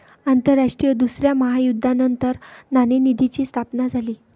आंतरराष्ट्रीय दुसऱ्या महायुद्धानंतर नाणेनिधीची स्थापना झाली